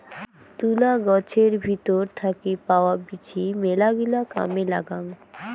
তুলা গছের ভেতর থাকি পাওয়া বীচি মেলাগিলা কামে লাগাং